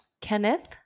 Kenneth